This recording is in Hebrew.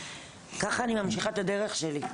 ככה אני ממשיכה את הדרך שלי.